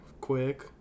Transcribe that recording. quick